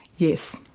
yes,